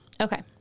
Okay